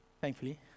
thankfully